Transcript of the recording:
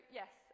yes